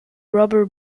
rubber